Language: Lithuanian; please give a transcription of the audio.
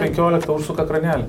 penkioliktą užsuka kranelį